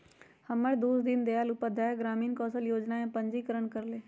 हमर दोस दीनदयाल उपाध्याय ग्रामीण कौशल जोजना में पंजीकरण करएले हइ